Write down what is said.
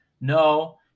No